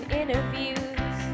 interviews